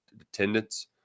attendance